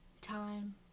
Time